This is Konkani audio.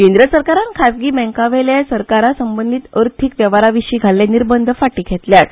केंद्र सरकारान खाजगी बँका वयले सरकार संबंदीत अर्थीक वेव्हारा विशीं घाल्ले निर्बंध फाटी घेतल्यात